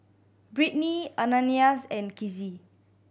Brittnee Ananias and Kizzy